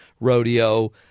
rodeo